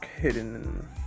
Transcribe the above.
hidden